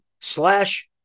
slash